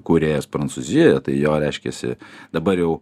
kūrėjas prancūzijoje tai jo reiškiasi dabar jau